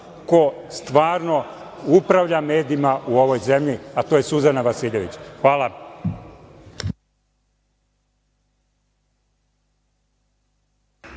ko stvarno upravlja medijima u ovoj zemlji, a to je Suzana Vasiljević. Hvala.